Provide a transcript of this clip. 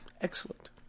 Excellent